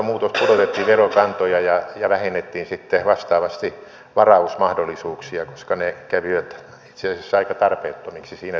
pudotettiin verokantoja ja vähennettiin sitten vastaavasti varausmahdollisuuksia koska ne kävivät itse asiassa aika tarpeettomiksi siinä tilanteessa